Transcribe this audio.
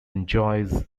enjoys